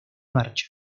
marcha